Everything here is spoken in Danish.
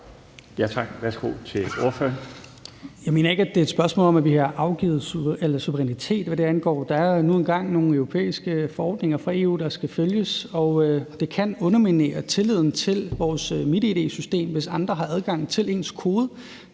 Jeg mener ikke, det er et spørgsmål om, om vi har afgivet suverænitet, hvad det angår. Der er jo nu engang nogle europæiske forordninger fra EU, der skal følges, og det kan underminere tilliden til vores MitID-system, hvis andre har adgang til ens kode.